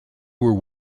were